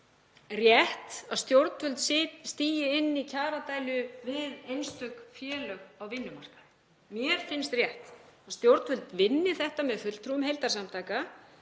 rétt að stjórnvöld stígi inn í kjaradeilu við einstök félög á vinnumarkaði. Mér finnst rétt að stjórnvöld vinni þetta með fulltrúum heildarsamtaka,